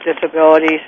Disabilities